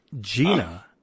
Gina